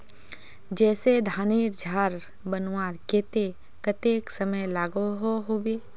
जैसे धानेर झार बनवार केते कतेक समय लागोहो होबे?